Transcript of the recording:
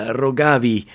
rogavi